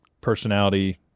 personality